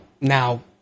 now